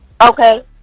Okay